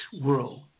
world